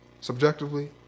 subjectively